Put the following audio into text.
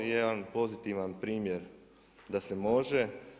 Jedna pozitivan primjer da se može.